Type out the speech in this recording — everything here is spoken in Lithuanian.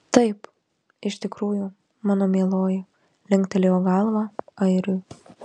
taip iš tikrųjų mano mieloji linktelėjo galva airiui